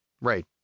Right